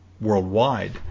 worldwide